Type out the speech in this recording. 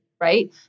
right